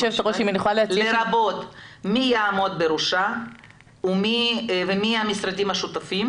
לרבות מי יעמוד בראשה ומי המשרדים השותפים